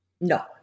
no